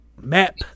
MAP